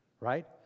right